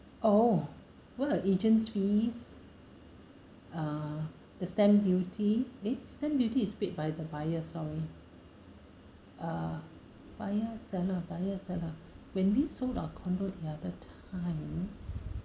oh well our agent's fees uh the stamp duty eh stamp duty is paid by the buyer sorry uh buyer seller buyer seller when we sold our condo the other time